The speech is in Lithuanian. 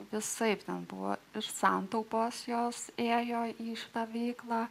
visaip ten buvo santaupos jos ėjo į šitą veiklą